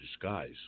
disguise